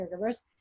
caregivers